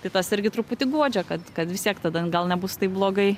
tai tas irgi truputį guodžia kad kad visiek tada gal nebus taip blogai